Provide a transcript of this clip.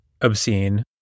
obscene